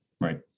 right